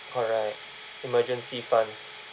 correct emergency funds